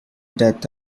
death